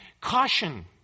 caution